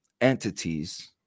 entities